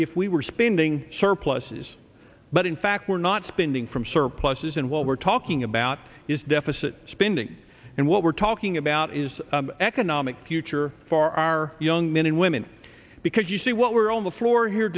we were spending surpluses but in fact we're not spending from surpluses and what we're talking about is deficit spending and what we're talking about is economic future for our young men and women because you see what we're on the floor here